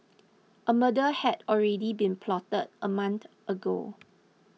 a murder had already been plotted a month ago